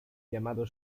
llamado